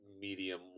medium